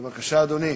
בבקשה, אדוני.